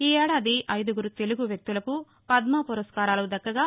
ఈ ఏడాది ఐదుగురు తెలుగు వ్యక్తులకు పద్మ పురస్కారాలు దక్కగా